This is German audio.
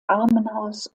armenhaus